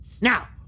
Now